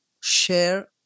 share